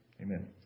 Amen